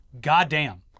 goddamn